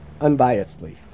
unbiasedly